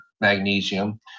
magnesium